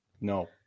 No